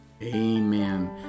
Amen